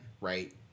right